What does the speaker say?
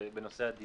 היא בנושא הדיור.